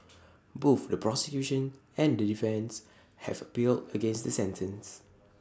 both the prosecution and the defence have appealed against the sentence